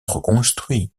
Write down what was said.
reconstruit